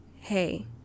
hey